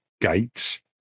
Gates